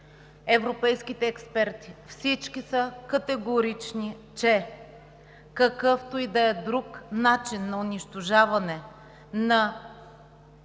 европейските експерти – всички са категорични, че какъвто и да е друг начинът на унищожаване на свинете